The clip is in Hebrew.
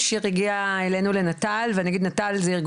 שזה עניין ג'נדריאלי אחר.